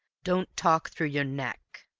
don't talk through yer neck,